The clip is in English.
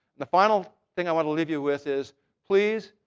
the final thing i want to leave you with is please,